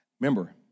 Remember